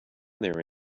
there